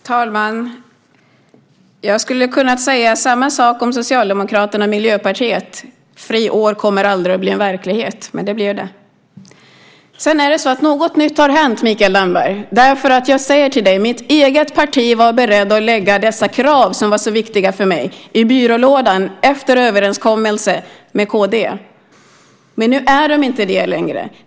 Herr talman! Jag skulle kunna säga samma sak om Socialdemokraterna och Miljöpartiet. "Friår kommer aldrig att bli verklighet." Men det blev de. Något nytt har hänt, Mikael Damberg. Mitt eget parti var berett att lägga dessa krav, som var så viktiga för mig, i byrålådan efter överenskommelse med kd. Men nu är det inte så längre.